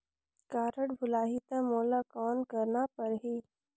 Card भुलाही ता मोला कौन करना परही?